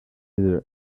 either